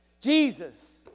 Jesus